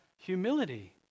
humility